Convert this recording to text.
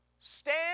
stand